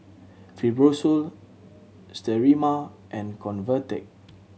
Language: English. Fibrosol Sterimar and Convatec